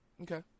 Okay